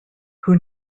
who